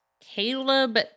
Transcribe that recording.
Caleb